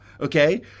Okay